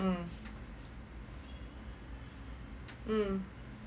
mm mm